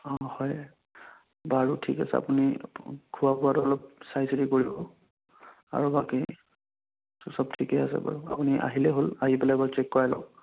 অঁ হয় বাৰু ঠিক আছে আপুনি খোৱা বোৱাতো অলপ চাই চিতি কৰিব আৰু বাকীতো চব ঠিকেই আছে বাৰু আপুনি আহিলেই হ'ল আহি পেলাই এবাৰ চেক কৰাই লওক